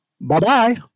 Bye-bye